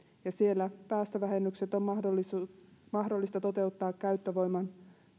ja siellä päästövähennykset on mahdollista toteuttaa käyttövoiman